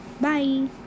bye